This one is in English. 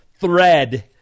thread